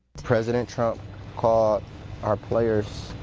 president trump called our players